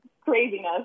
craziness